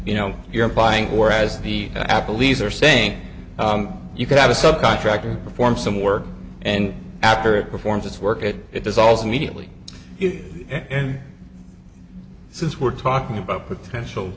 you know you're buying or as the apple lease are saying you can have a subcontractor perform some work and after it performs its work at it dissolves immediately and since we're talking about potential